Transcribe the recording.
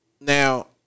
Now